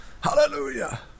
Hallelujah